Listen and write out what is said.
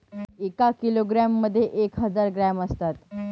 एका किलोग्रॅम मध्ये एक हजार ग्रॅम असतात